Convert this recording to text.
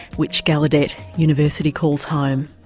which gallaudet university calls home.